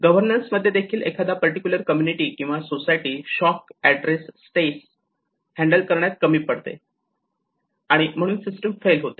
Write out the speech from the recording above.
governance मध्ये देखील एखाद्या पर्टिक्युलर कम्युनिटी किंवा society shock and stress handle करण्यात कमी पडते आणि म्हणून सिस्टम फेल होते